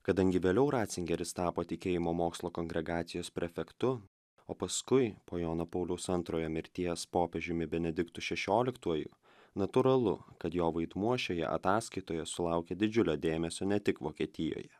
kadangi vėliau racingeris tapo tikėjimo mokslo kongregacijos prefektu o paskui po jono pauliaus antrojo mirties popiežiumi benediktu šešioliktuoju natūralu kad jo vaidmuo šioje ataskaitoje sulaukė didžiulio dėmesio ne tik vokietijoje